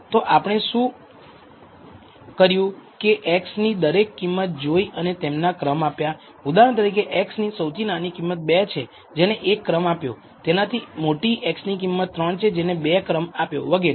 તો આપણે શું કર્યું કે x ની દરેક કિંમત જોઈ અને તેમને ક્રમ આપ્યા ઉદાહરણ તરીકે x ની સૌથી નાની કિંમત 2 છે જેને 1ક્રમ આપ્યો તેનાથી મોટી x ની કિંમત 3 છે જેને 2 ક્રમ આપ્યો વગેરે